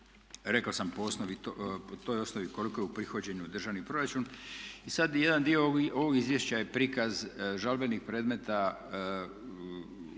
Rekao sam po toj osnovi koliko je uprihođeno u državni proračun. Jedan dio ovog izvješća je prikaz žalbenih predmeta